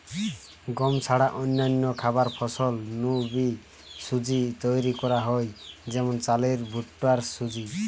গম ছাড়া অন্যান্য খাবার ফসল নু বি সুজি তৈরি করা হয় যেমন চালের ভুট্টার সুজি